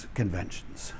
conventions